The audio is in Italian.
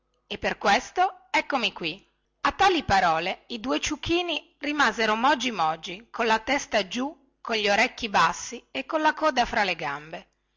e per questo eccomi qui a tali parole i due ciuchini rimasero mogi mogi colla testa giù con gli orecchi bassi e con la coda fra le gambe